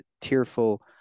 tearful